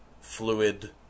fluid